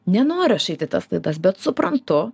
nenoriu aš eiti į tas laidas bet suprantu